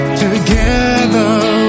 together